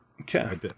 Okay